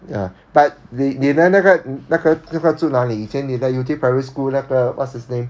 ya but 你你的那个那个那个住哪里以前你的 yew tee primary school 那个 what's his name